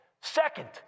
Second